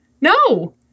no